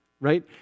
right